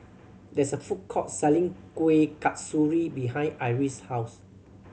there's a food court selling Kueh Kasturi behind Iris' house